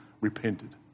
repented